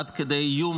עד כדי איום,